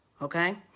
Okay